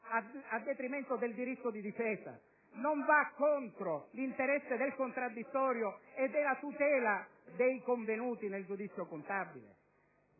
a detrimento del diritto di difesa? Non va contro l'interesse del contraddittorio e della tutela dei convenuti nel giudizio contabile?